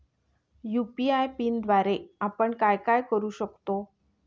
UPI पिनद्वारे आपण काय काय करु शकतो?